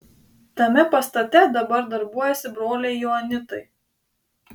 tame pastate dabar darbuojasi broliai joanitai